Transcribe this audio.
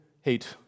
hate